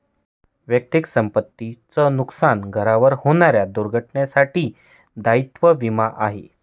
वैयक्तिक संपत्ती च नुकसान, घरावर होणाऱ्या दुर्घटनेंसाठी दायित्व विमा आहे